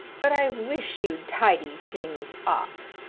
but i wish you'd tidy things up,